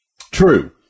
true